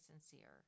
sincere